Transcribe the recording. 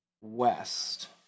west